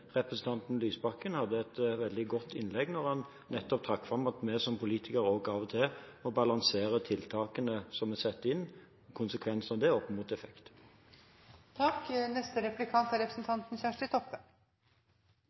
representanten Lysbakken hadde et veldig godt innlegg, der han trakk fram at vi som politikere av og til må balansere tiltakene vi setter inn, konsekvensene av dem, opp mot